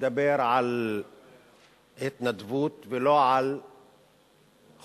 מדבר על התנדבות ולא על חובה,